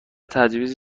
تجویز